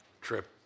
trip